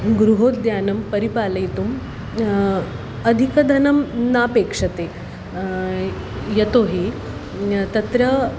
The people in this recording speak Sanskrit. गृहोद्यानं परिपालयितुम् अधिकधनं नापेक्ष्यते यतोहि तत्र